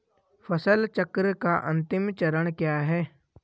फसल चक्र का अंतिम चरण क्या है?